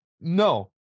no